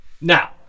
Now